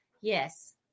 Yes